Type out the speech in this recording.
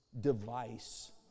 device